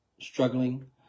struggling